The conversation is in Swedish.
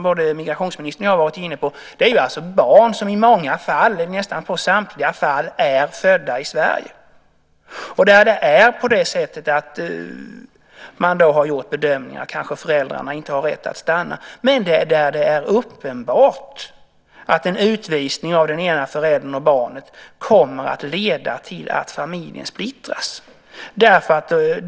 Både migrationsministern och jag har talat om barn som i nästan samtliga fall är födda i Sverige. Man har då gjort bedömningen att föräldrarna inte har rätt att stanna, men det är uppenbart att en utvisning av den ena föräldern och barnet kommer att leda till att familjen splittras.